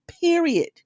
Period